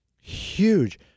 huge